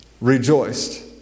rejoiced